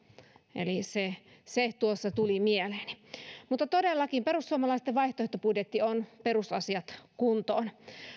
eli se se tuossa tuli mieleeni mutta todellakin perussuomalaisten vaihtoehtobudjetti on perusasiat kuntoon